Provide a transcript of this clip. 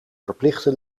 verplichte